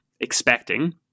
expecting